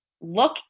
look